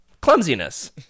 clumsiness